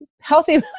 healthy